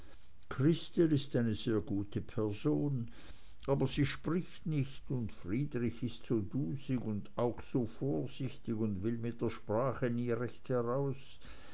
christel ist eine sehr gute person aber sie spricht nicht und friedrich ist so dusig und auch so vorsichtig und will mit der sprache nie recht heraus